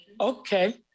Okay